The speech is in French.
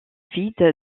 vide